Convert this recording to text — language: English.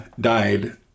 died